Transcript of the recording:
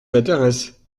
m’intéresse